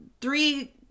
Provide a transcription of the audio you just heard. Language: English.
three